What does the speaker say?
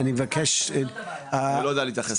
אני לא יודע להתייחס לזה,